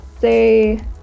say